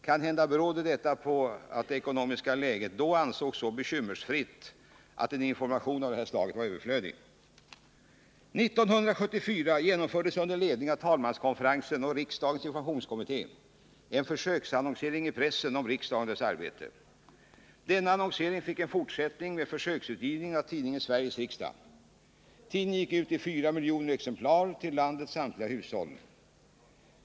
Kanhända berodde detta på att det ekonomiska läget då ansågs så bekymmersfritt att en information av detta slag var överflödig. 1974 genomfördes under ledning av talmanskonferensen och riksdagens informationskommitté en försöksannonsering i pressen om riksdagen och dess arbete. Denna annonsering fick en fortsättning med försöksutgivningen av tidningen Sveriges Riksdag. Tidningen gick ut i 4 miljoner exemplar till landets samtliga hushåll.